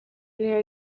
niyo